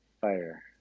fire